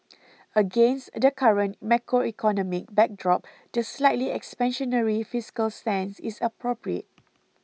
against the current macroeconomic backdrop the slightly expansionary fiscal stance is appropriate